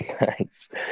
Nice